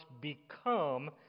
become